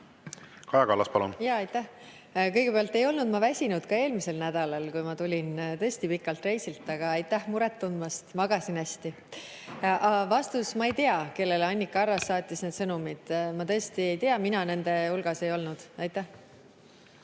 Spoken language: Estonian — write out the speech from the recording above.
Kaja Kallas, palun! Aitäh! Kõigepealt, ma ei olnud väsinud ka eelmisel nädalal, kui ma tulin tõesti pikalt reisilt. Aga aitäh muret tundmast! Magasin hästi. Aga vastus: ma ei tea, kellele Annika Arras saatis need sõnumid. Ma tõesti ei tea, mina nende hulgas ei olnud. Aitäh!